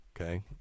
okay